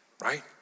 right